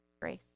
grace